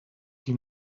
qui